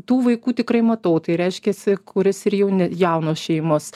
tų vaikų tikrai matau tai reiškiasi kurias ir jauni jaunos šeimos